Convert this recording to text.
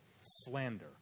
slander